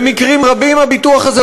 חדשים לבקרים: חוק המואזין,